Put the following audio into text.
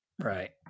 Right